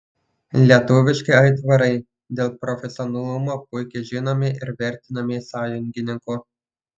lietuviški aitvarai dėl profesionalumo puikiai žinomi ir vertinami sąjungininkų